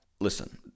listen